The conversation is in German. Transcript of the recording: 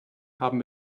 haben